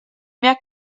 mehr